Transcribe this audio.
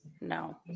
No